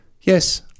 yes